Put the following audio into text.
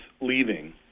leaving